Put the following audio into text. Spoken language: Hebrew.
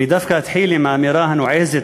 אני דווקא אתחיל עם האמירה הנועזת,